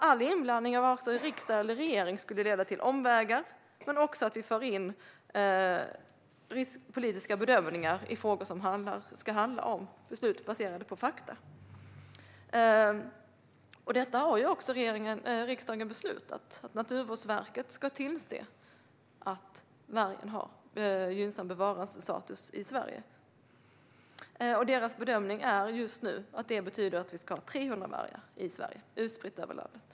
All inblandning av riksdagen eller regeringen skulle leda till omvägar och att vi för in politiska bedömningar i frågor som ska handla om beslut baserade på fakta. Riksdagen har också beslutat att Naturvårdsverket ska tillse att vargen har en gynnsam bevarandestatus i Sverige. Verkets bedömning är just nu att detta betyder att vi ska ha 300 vargar i Sverige, utspridda över landet.